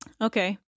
Okay